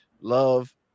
love